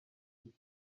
mfite